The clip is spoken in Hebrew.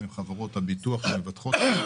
עם חברות הביטוח שמבטחות,